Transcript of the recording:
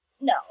No